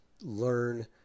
learn